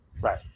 right